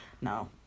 no